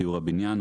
תיאור הבניין,